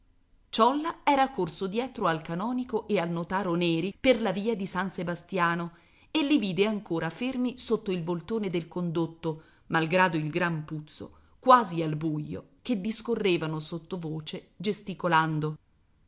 ciolla era corso dietro al canonico e al notaro neri per la via di san sebastiano e li vide ancora fermi sotto il voltone del condotto malgrado il gran puzzo quasi al buio che discorrevano sottovoce gesticolando